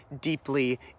deeply